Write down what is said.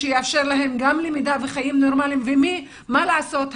שיאפשר להם גם למידה וחיים נורמליים ומה לעשות,